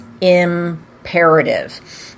imperative